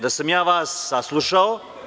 Da sam ja vas saslušao.